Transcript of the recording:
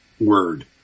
word